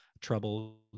troubled